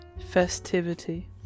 Festivity